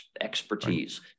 expertise